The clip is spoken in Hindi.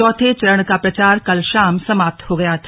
चौथे चरण का प्रचार कल शाम समाप्त हो गया था